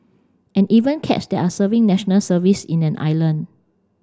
and even cats that are serving National Service in an island